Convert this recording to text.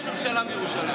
יש ממשלה בירושלים.